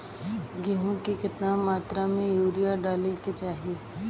गेहूँ में केतना मात्रा में यूरिया डाले के चाही?